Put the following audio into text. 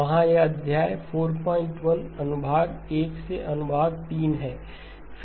वहां यह अध्याय 41 अनुभाग 1 से अनुभाग 3 है